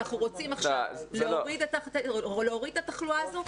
אם אנחנו רוצים עכשיו להוריד את התחלואה הזאת,